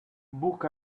book